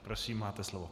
Prosím, máte slovo.